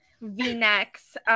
v-necks